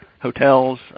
hotels